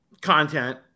content